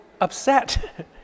upset